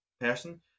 person